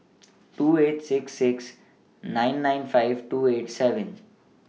two eight six six nine nine five two eight seven